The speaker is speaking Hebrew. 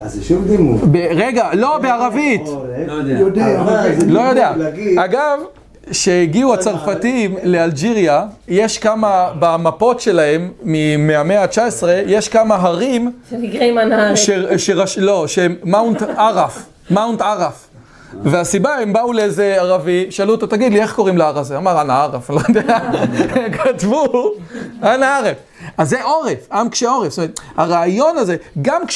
אז זה שוב דימוי. רגע, לא בערבית. לא יודע. לא יודע. אגב, שהגיעו הצרפתים לאלג'יריה, יש כמה, במפות שלהם, מהמאה ה-19, יש כמה הרים. שנקראים ענארף. לא, שהם מאונט ערף. מאונט ערף. והסיבה, הם באו לאיזה ערבי, שאלו אותו, תגיד לי, איך קוראים להר הזה? אמר, ענארף. כתבו, ענארף. אז זה עורף. עם קשה עורף. הרעיון הזה, גם